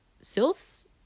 Sylphs